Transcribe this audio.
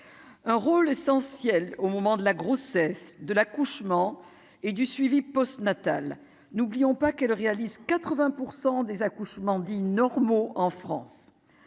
un rôle essentiel au moment de la grossesse de l'accouchement et du suivi post-natal, n'oublions pas qu'elle réalise 80 % des accouchements dits normaux en France